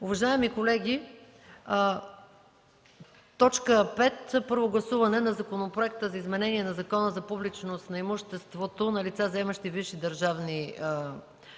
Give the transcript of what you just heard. Уважаеми колеги, т. 5 – „Първо гласуване на Законопроекта за изменение на Закона за публичност на имуществото на лица, заемащи висши държавни